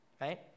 right